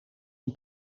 een